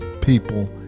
people